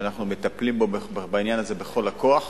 אנחנו מטפלים בעניין הזה בכל לקוח,